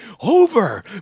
Over